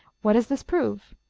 what does this prove?